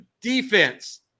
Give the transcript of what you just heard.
defense